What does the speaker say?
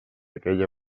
aquella